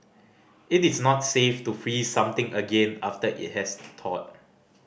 it is not safe to freeze something again after it has thawed